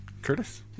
curtis